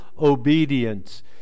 obedience